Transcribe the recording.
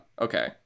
Okay